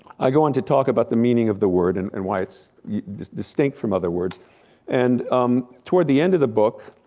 i go on to talk about the meaning of the word and and why it's distinct from other words and um toward the end of the book,